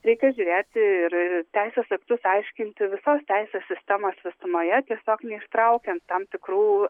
reikia žiūrėti ir teisės aktus aiškinti visos teisės sistemos visumoje tiesiog neištraukiant tam tikrų